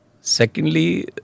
Secondly